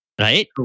right